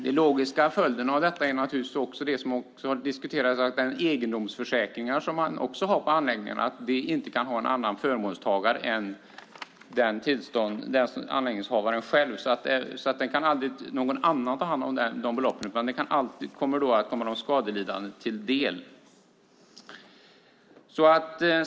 Den logiska följden av detta är naturligtvis, som också har diskuterats, att de egendomsförsäkringar som man också har för anläggningarna inte kan ha en annan förmånstagare än anläggningshavaren själv. Någon annan kan aldrig ta hand om beloppet, utan det kommer den skadelidande till del.